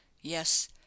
Yes